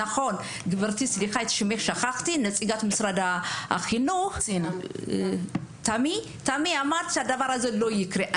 כמו שאמרה תמי ממשרד החינוך שדבר כזה לא יקרה,